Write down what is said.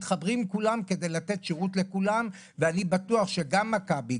מתחברים כולם כדי לתת שירות לכולם ואני בטוח שגם מכבי,